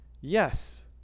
Yes